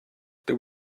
there